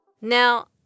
Now